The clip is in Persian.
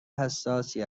حساسی